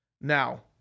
Now